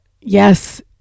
yes